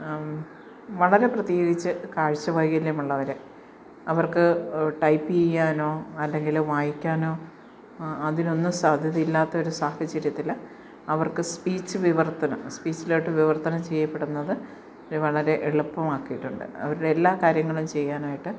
വളരെ പ്രത്യേകിച്ച് കാഴ്ച വൈകല്യമുള്ളവരെ അവർക്ക് ടൈപ്പ് ചെയ്യാനോ അല്ലെങ്കിൽ വായിക്കാനോ അതിനൊന്നും സാധ്യത ഇല്ലാത്ത ഒരു സാഹചര്യത്തിൽ അവർക്ക് സ്പീച്ച് വിവർത്തനം സ്പീച്ചിലോട്ട് വിവർത്തനം ചെയ്യപ്പെടുന്നത് വളരെ എളുപ്പമാക്കിയിട്ടുണ്ട് അവരുടെ എല്ലാ കാര്യങ്ങളും ചെയ്യാനായിട്ട്